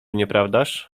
nieprawdaż